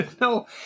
No